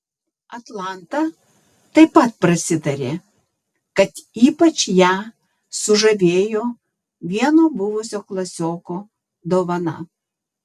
atlanta taip pat prasitarė kad ypač ją sužavėjo vieno buvusio klasioko dovana